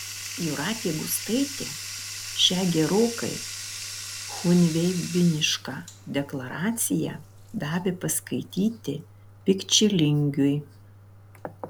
jūratė gustaitė šią gerokai chunveibinišką deklaraciją davė paskaityti pikčilingiui